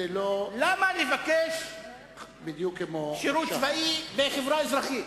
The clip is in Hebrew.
למה לבקש שירות צבאי בחברה אזרחית?